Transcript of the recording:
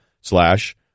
slash